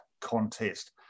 contest